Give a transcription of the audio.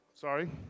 sorry